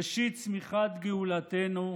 ראשית צמיחת גאולתנו,